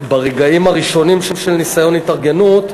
ברגעים הראשונים של ניסיון התארגנות,